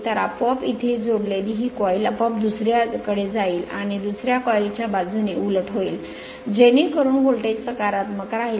तर आपोआप इथ जोडलेली ही कॉईल आपोआप दुसर्याकडे जाईल आणि दुसर्या कॉईल च्या बाजूने उलट होईल जेणेकरून व्होल्टेज सकारात्मक राहील